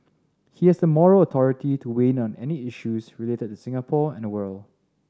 he has the moral authority to weigh in on any issues related to Singapore and the world